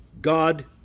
God